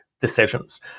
decisions